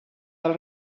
del